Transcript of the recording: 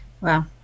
Wow